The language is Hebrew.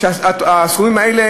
שהסכומים האלה,